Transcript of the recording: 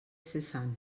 cessant